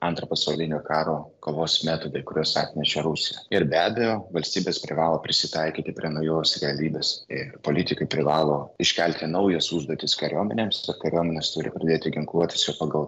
antro pasaulinio karo kovos metodai kuriuos atnešė rusija ir be abejo valstybės privalo prisitaikyti prie naujos realybės ir politikai privalo iškelti naujas užduotis kariuomenėms kariuomenės turi pradėti ginkluotis jau pagal